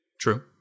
True